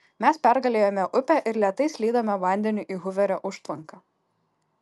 mes pergalėjome upę ir lėtai slydome vandeniu į huverio užtvanką